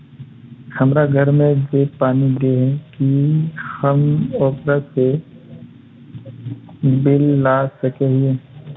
हमरा घर में जे पानी दे है की हम ओकरो से बिल ला सके हिये?